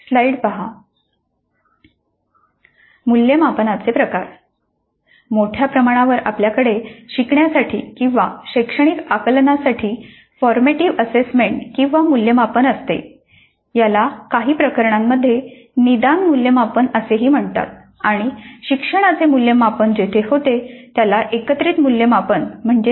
मूल्यमापनाचे प्रकारः मोठ्या प्रमाणावर आपल्याकडे शिकण्यासाठी किंवा शैक्षणिक आकलनासाठी फॉर्मेटिव्ह असेसमेंट किंवा मूल्यमापन असते याला काही प्रकरणांमध्ये निदान मूल्यमापन असेही म्हणतात आणि शिक्षणाचे मूल्यमापन जेथे होते त्याला एकत्रित मूल्यमापन म्हणतात